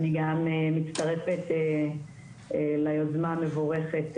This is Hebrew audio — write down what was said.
אני גם מצטרפת ליוזמה המבורכת,